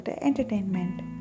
entertainment